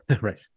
Right